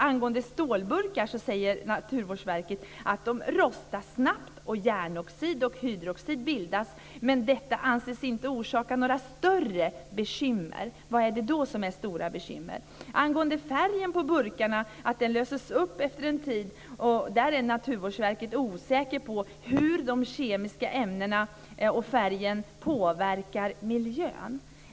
Angående stålburkar säger Naturvårdsverket att de rostar snabbt, och järnoxid och hydrooxid bildas. Men detta anses inte orsaka några större bekymmer. Vad är det då som är stora bekymmer? När det gäller att färgen på burkarna löses upp efter en tid är Naturvårdsverket osäkert på hur de kemiska ämnena och färgen påverkar miljön.